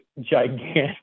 gigantic